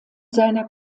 seiner